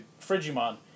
Frigimon